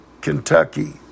Kentucky